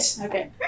Okay